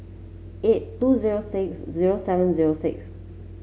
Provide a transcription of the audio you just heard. eight two zero six zero seven zero six